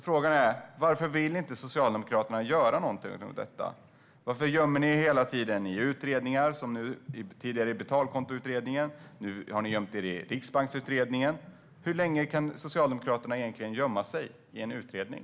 Frågan är: Varför vill inte Socialdemokraterna göra någonting åt detta? Varför gömmer ni er hela tiden i utredningar, som i den tidigare utredningen om betalkonto och nu i Riksbanksutredningen? Hur länge kan Socialdemokraterna egentligen gömma sig i en utredning?